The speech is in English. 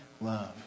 love